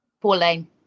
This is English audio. pauline